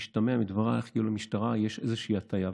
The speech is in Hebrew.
משתמע מדברייך כאילו למשטרה יש איזושהי הטיה.